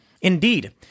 Indeed